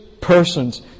persons